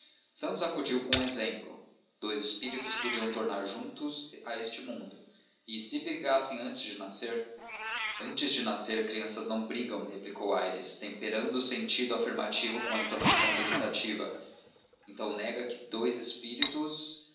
santos acudiu com um exemplo dous espíritos podiam tornar juntos a este mundo e se brigassem antes de nascer antes de nascer crianças não brigam replicou aires temperando o sentido afirmativo com a entonação dubitativa então nega que dous espíritos